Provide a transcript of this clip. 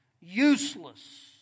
useless